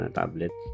tablet